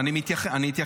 מיקי, תסתכל.